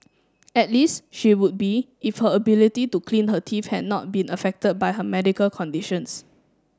at least she would be if her ability to clean her teeth had not been affected by her medical conditions